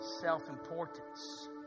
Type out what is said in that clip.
self-importance